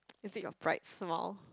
is it your bright smile